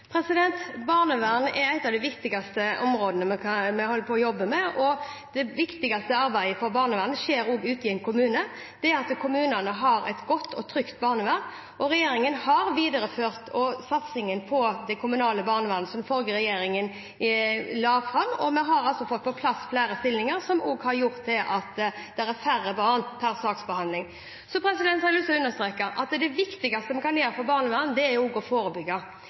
er et av de viktigste områdene vi holder på å jobbe med. Det viktigste arbeidet for barnevernet skjer også ute i en kommune, at kommunen har et godt og trygt barnevern. Regjeringen har videreført satsingen på det kommunale barnevernet, som den forrige regjeringen la fram. Vi har fått på plass flere stillinger, som også har gjort at det er færre barn per saksbehandler. Jeg har lyst til å understreke at det viktigste vi kan gjøre for barnevernet, er å forebygge.